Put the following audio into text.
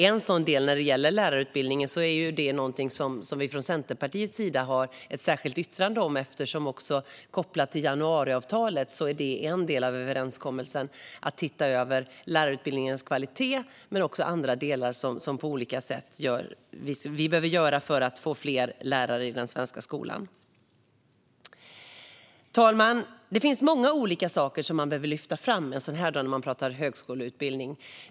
En sådan del som gäller lärarutbildningen har vi från Centerpartiets sida ett särskilt yttrande om. Kopplat till januariavtalet är det en del av överenskommelsen att titta över lärarutbildningens kvalitet men också andra delar som vi behöver göra för att få fler lärare i den svenska skolan. Fru talman! Det finns många olika saker som vi behöver lyfta fram en sådan här dag när vi talar om högskoleutbildning.